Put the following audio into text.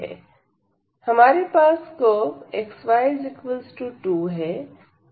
हमारे पास curve xy2 है